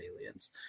aliens